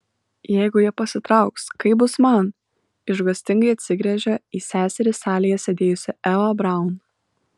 jeigu jie pasitrauks kaip bus man išgąstingai atsigręžia į seserį salėje sėdėjusi eva braun